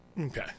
Okay